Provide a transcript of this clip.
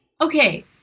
Okay